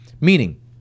meaning